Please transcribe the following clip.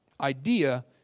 idea